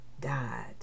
died